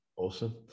Awesome